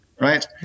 right